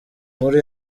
inkuru